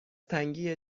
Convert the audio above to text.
تنگی